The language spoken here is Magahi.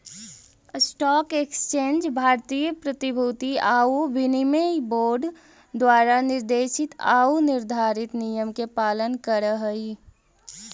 स्टॉक एक्सचेंज भारतीय प्रतिभूति आउ विनिमय बोर्ड द्वारा निर्देशित आऊ निर्धारित नियम के पालन करऽ हइ